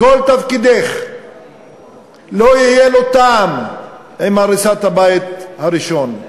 כל תפקידך לא יהיה בו טעם עם הריסת הבית הראשון.